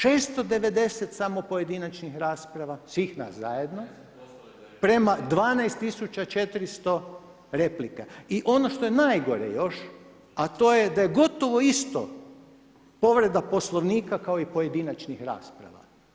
690 samo pojedinačnih rasprava svih nas zajedno prema 12 400 replika i ono što je najgore još, a to je da je gotovo isto povreda Poslovnika kao i pojedinačnih rasprava.